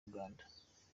uganda